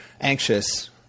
anxious